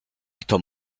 kto